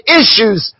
issues